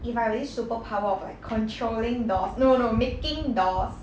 if I really superpower of like controlling dolls no no no making dolls